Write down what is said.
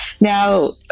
Now